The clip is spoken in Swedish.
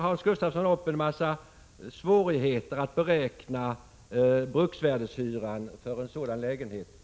Hans Gustafsson radar upp en massa svårigheter att beräkna bruksvärdeshyran för en sådan här lägenhet.